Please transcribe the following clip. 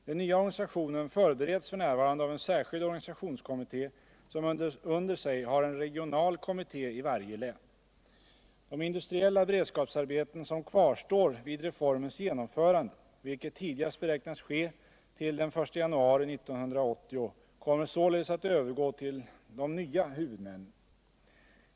Den nya organisationen förbereds f. n. av en särskild organisationskommitté som under sig har en regional kommitté i varje lin. De industrieHa beredskapsarbeten som kvarstår vid reformens genomförande, vilket tidigast beräknas ske till den 1 januari 1980. kommer således att övergå till de nya huvudmännen.